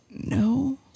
no